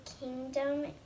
kingdom